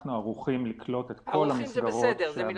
אנחנו ערוכים לקלוט את כל המסגרות.